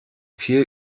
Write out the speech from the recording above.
viel